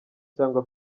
cyangwa